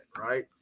right